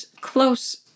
close